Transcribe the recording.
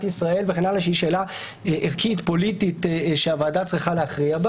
ישראל וזו שאלה ערכית פוליטית שהוועדה צריכה להכריע בה